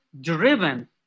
driven